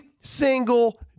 single